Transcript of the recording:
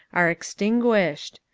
are extinguished.